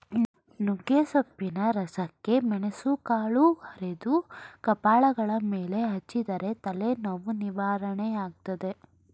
ನುಗ್ಗೆಸೊಪ್ಪಿನ ರಸಕ್ಕೆ ಮೆಣಸುಕಾಳು ಅರೆದು ಕಪಾಲಗಲ ಮೇಲೆ ಹಚ್ಚಿದರೆ ತಲೆನೋವು ನಿವಾರಣೆಯಾಗ್ತದೆ